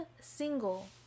single